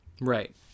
Right